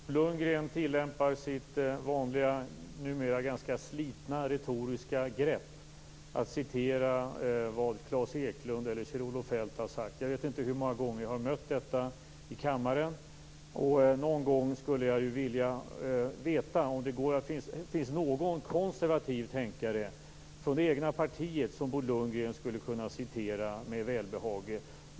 Herr talman! Bo Lundgren tillämpar sitt vanliga, numera ganska slitna, retoriska grepp att citera vad Klas Eklund eller Kjell-Olof Feldt har sagt. Jag vet inte hur många gånger jag har mött detta i kammaren. Någon gång skulle jag vilja veta om det finns någon konservativ tänkare från det egna partiet som Bo Lundgren skulle kunna citera med välbehag.